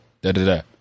da-da-da